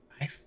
I-